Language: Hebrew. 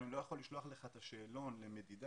אני לא יכול לשלוח לך את השאלון למדידה,